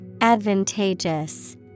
Advantageous